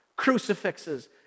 crucifixes